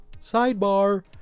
Sidebar